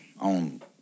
on